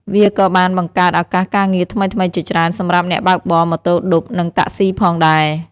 វាក៏បានបង្កើតឱកាសការងារថ្មីៗជាច្រើនសម្រាប់អ្នកបើកបរម៉ូតូឌុបនិងតាក់ស៊ីផងដែរ។